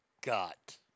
got